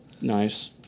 Nice